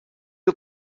you